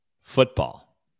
Football